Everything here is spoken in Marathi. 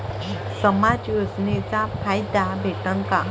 समाज योजनेचा फायदा भेटन का?